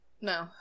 no